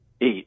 eight